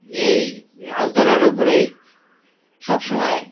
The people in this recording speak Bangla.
এই মাছ ধরার ওপরেই সবসময়